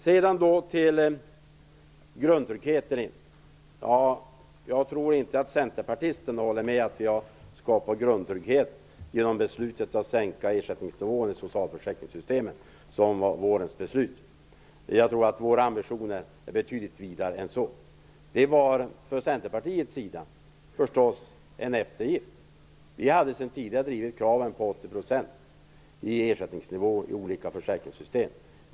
I fråga om grundtryggheten tror jag inte att centerpartisterna håller med om att vi har skapat grundtrygghet genom beslutet att sänka ersättningsnivån i socialförsäkringssystemet, som var vårens beslut. Jag tror att våra ambitioner är betydligt vidare än så. Det var förstås en eftergift från Centerpartiets sida. Vi hade sedan tidigare drivit kravet på 80 % i ersättningsnivå i olika försäkringssystem.